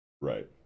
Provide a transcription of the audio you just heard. Right